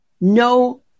No